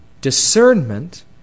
discernment